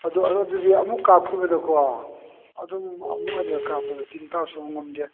ꯑꯗꯣ ꯑꯗꯨꯗꯤ ꯑꯃꯨꯛ ꯀꯥꯞꯈꯤꯕꯗꯀꯣ ꯑꯗꯨꯝ ꯑꯃꯨꯛ ꯑꯅꯤꯔꯛ ꯀꯥꯞꯄꯗ ꯇꯤꯟ ꯇꯥꯕ ꯁꯨꯡꯉꯝ ꯉꯝꯗꯦ ꯉꯝꯗꯦ